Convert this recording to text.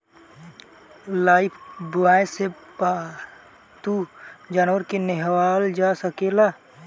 Lifebuoy से पाल्तू जानवर के नेहावल जा सकेला